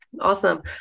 awesome